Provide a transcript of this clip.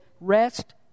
Rest